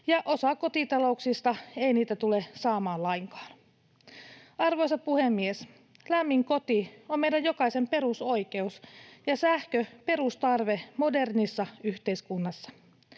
ja osa kotitalouksista ei niitä tule saamaan lainkaan. Arvoisa puhemies! Lämmin koti on meidän jokaisen perusoikeus ja sähkö perustarve modernissa yhteiskunnassa.